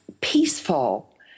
peaceful